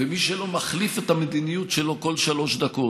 ומי שלא מחליף את המדיניות שלו כל שלוש דקות,